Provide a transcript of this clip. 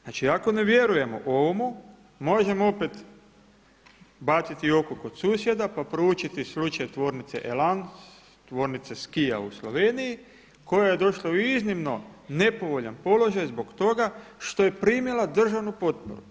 Znači ako ne vjerujemo ovomu možemo opet baciti oko kod susjeda pa proučiti slučaj tvornice Elan, tvornice skija u Sloveniji koja je došla u iznimno nepovoljan položaj zbog toga što je primila državnu potporu.